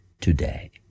today